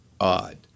odd